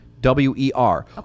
W-E-R